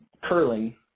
curling